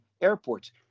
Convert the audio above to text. airports